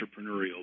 entrepreneurial